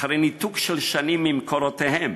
אחרי ניתוק של שנים ממקורותיהם,